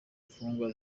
mfungwa